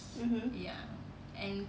mmhmm